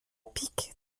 pique